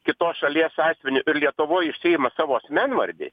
kitos šalies asmeniu ir lietuvoj išsiima savo asmenvardį